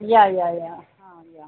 या या या हां या